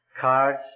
cards